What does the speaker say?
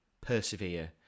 persevere